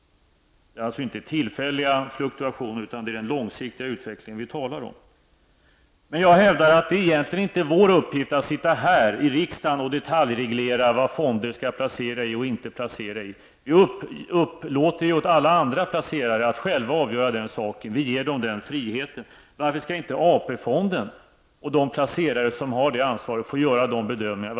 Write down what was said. Det är alltså inte tillfälliga fluktuationer utan det är den långsiktige utvecklingen vi talar om. Jag hävdar att det egentligen inte är vår uppgift att sitta här i riksdagen och detaljreglera vad fonderna skall placera i och inte placera i. Vi upplåter åt alla andra placerare att själva göra detta. Vi ger dem den friheten. Varför skall inte ATP-fonden och de placerare som har det ansvaret få göra de bedömningarna?